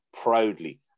proudly